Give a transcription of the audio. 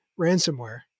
ransomware